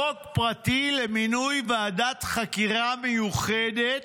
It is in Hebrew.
חוק פרטי למינוי ועדת חקירה מיוחדת,